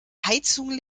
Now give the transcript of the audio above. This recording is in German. heizung